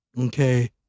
okay